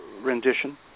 rendition